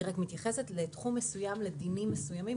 היא רק מתייחסת לתחום מסוים, לדינים מסוימים.